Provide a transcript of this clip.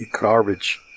garbage